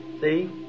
see